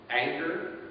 Anger